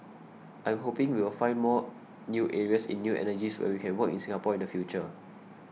I'm hoping we will find more new areas in new energies where we can work in Singapore in the future